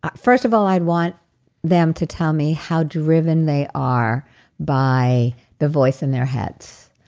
ah first of all, i'd want them to tell me how driven they are by the voice in their heads,